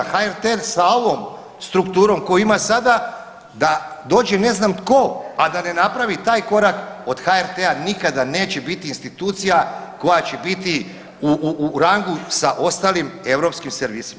HRT-e sa ovom strukturom koju ima sada da dođe ne znam tko a da ne napravi taj korak od HRT-a nikada neće biti institucija koja će biti u rangu sa ostalim europskim servisima.